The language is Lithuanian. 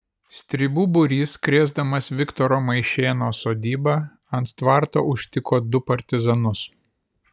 stribų būrys krėsdamas viktoro maišėno sodybą ant tvarto užtiko du partizanus